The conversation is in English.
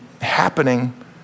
happening